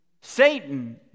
Satan